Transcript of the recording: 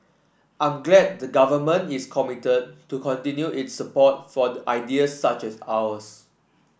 I'm glad the Government is committed to continue its support for ideas such as ours